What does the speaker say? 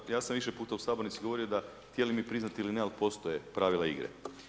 Pa ja sam više puta u sabornici govorio da htjeli mi priznati ili ne, ali postoje pravila igre.